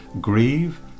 grieve